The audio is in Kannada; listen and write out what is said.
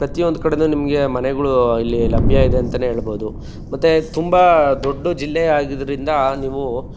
ಪ್ರತಿ ಒಂದು ಕಡೆ ನಿಮಗೆ ಮನೆಗಳು ಇಲ್ಲಿ ಲಭ್ಯ ಇದೆ ಅಂತ ಹೇಳ್ಬೋದು ಮತ್ತು ತುಂಬ ದೊಡ್ಡ ಜಿಲ್ಲೆ ಆಗಿದ್ರಿಂದ ನೀವು